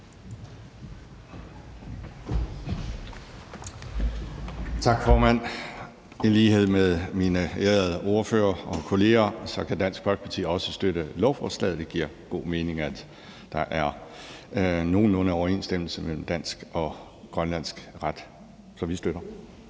Tak, formand. I lighed med mine ærede ordførerkolleger kan Dansk Folkeparti også støtte lovforslaget. Det giver god mening, at der er nogenlunde overensstemmelse mellem dansk og grønlandsk ret, så vi støtter.